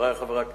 חברי חברי הכנסת,